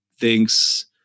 thinks